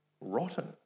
rotten